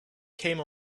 came